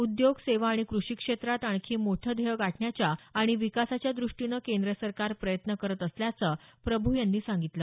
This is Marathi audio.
उद्योग सेवा आणि कृषी क्षेत्रात आणखी मोठं ध्येयं गाठण्याच्या आणि विकासाच्या दृष्टीनं केंद्र सरकार प्रयत्न करत असल्याचं प्रभू यांनी सांगितलं